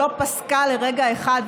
שלא פסקה לרגע אחד,